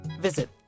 visit